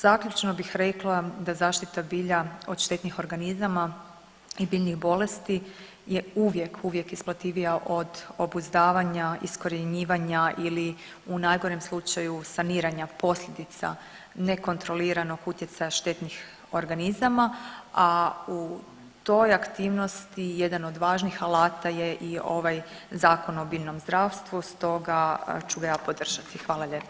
Zaključno bih rekla da zaštita bilja od štetnih organizama i biljnih bolesti je uvijek, uvijek isplativija od obuzdavanja i iskorjenjivanja ili u najgorem slučaju saniranja posljedica nekontroliranog utjecaja štetnih organizama, a u toj aktivnosti jedan od važnih alata je i ovaj Zakon o biljnom zdravstvu, stoga ću ga ja podržati, hvala lijepo.